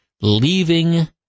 leaving